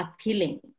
appealing